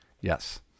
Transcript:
Yes